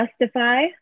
justify